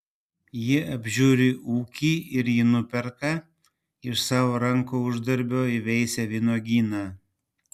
ji apžiūri ūkį ir jį nuperka iš savo rankų uždarbio įveisia vynuogyną